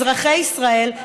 אזרחי ישראל,